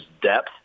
depth